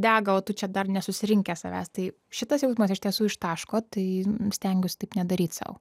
dega o tu čia dar nesusirinkęs savęs tai šitas jausmas iš tiesų ištaško tai stengiuosi taip nedaryti sau